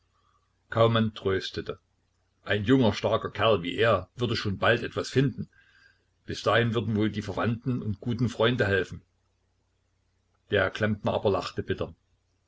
kaumann tröstete ein junger starker kerl wie er würde schon bald etwas finden bis dahin würden wohl die verwandten und guten freunde helfen der klempner aber lachte bitter